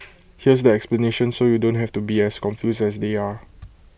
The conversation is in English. here's the explanation so you don't have to be as confused as they are